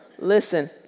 Listen